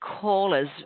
callers